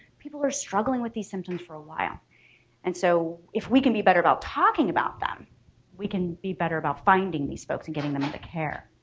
people are struggling with these symptoms for a while and so if we can be better about talking about them we can be better about finding these folks and getting them into care.